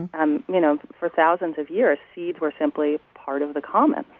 and um you know for thousands of years, seeds were simply part of the commons.